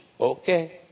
Okay